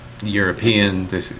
European